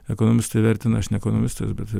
ekonomistai vertina aš ne ekonomistas bet